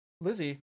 Lizzie